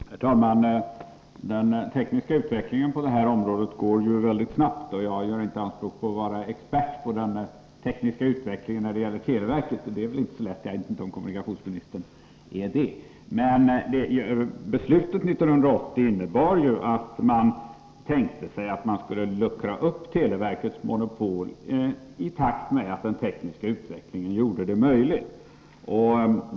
Herr talman! Den tekniska utvecklingen på detta område går ju mycket snabbt, och jag gör inte anspråk på att vara expert på den tekniska utvecklingen när det gäller televerket. Det är inte så lätt, och jag vet inte om kommunikationsministern heller är någon expert. Beslutet 1980 innebar att man skulle luckra upp televerkets monopol i takt med att den tekniska utvecklingen gjorde detta möjligt.